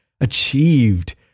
achieved